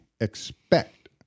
expect